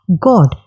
God